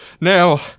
Now